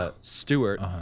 Stewart